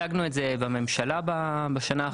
הצגנו את זה בממשלה בשנה האחרונה.